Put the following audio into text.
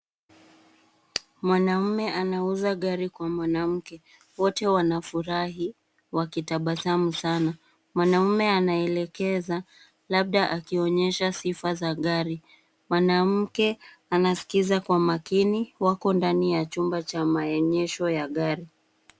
Mwanaume anauza gari kwa mwanamke. Wote wanafurahi wakitabasamu sana. Mwanaume anaelekeza labda akionyesha sifa za gari. Mwanamke anasikiza kwa makini wako ndani ya chumba cha maonyesho ya gari.